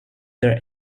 their